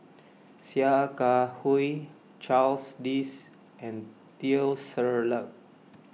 Sia Kah Hui Charles Dyce and Teo Ser Luck